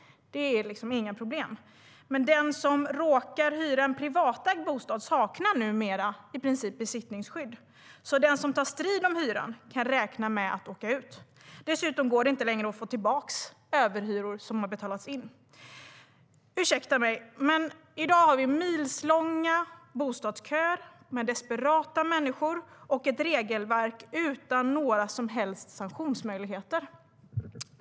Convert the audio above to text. Det är inga problem. Ursäkta mig, men i dag har vi milslånga bostadsköer med desperata människor och ett regelverk utan några som helst sanktionsmöjligheter.